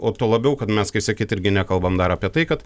o tuo labiau kad mes kai sakyt irgi nekalbam dar apie tai kad